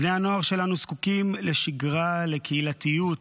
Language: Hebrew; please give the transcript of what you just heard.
בני הנוער שלנו זקוקים לשגרה, לקהילתיות,